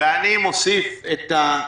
ואני מוסיף את מה